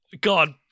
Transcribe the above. God